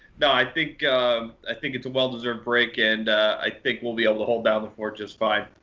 but i think i think it's a well-deserved break, and i think we'll be able to hold down the fort just fine.